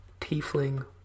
tiefling